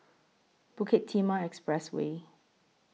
Bukit Timah Expressway